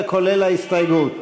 אלא כולל ההסתייגות.